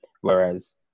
Whereas